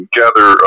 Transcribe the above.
gather